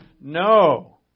No